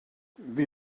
wie